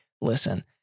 listen